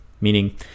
Meaning